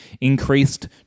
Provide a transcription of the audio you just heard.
increased